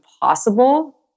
possible